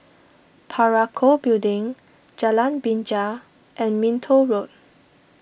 Parakou Building Jalan Binja and Minto Road